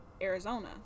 Arizona